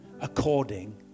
According